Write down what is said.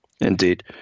Indeed